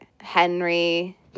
Henry